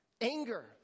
anger